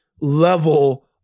level